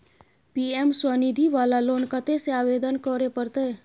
PM Svanidhi वाला loan कत्ते से आवेदन करे परतै?